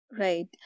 right